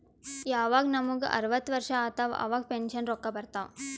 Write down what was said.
ಯವಾಗ್ ನಮುಗ ಅರ್ವತ್ ವರ್ಷ ಆತ್ತವ್ ಅವಾಗ್ ಪೆನ್ಷನ್ ರೊಕ್ಕಾ ಬರ್ತಾವ್